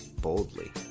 boldly